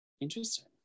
Interesting